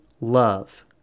love